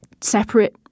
separate